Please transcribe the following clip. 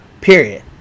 period